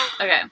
Okay